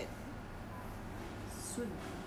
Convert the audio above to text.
soon less than twenty four hours